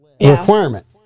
requirement